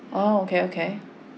oh okay okay